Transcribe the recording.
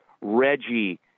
Reggie